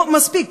לא מספיק.